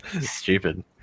stupid